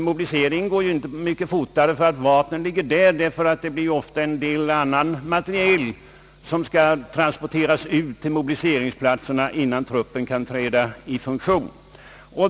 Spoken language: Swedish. Mobiliseringen går ju inte mycket fortare om vapnen ligger på mobiliseringsplatserna, ty ofta skall andra transporter företagas, innan truppen kan träda i funktion.